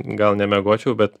gal nemiegočiau bet